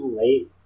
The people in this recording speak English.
late